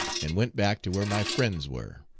and went back to where my friends were.